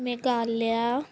Meghalaya